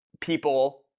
people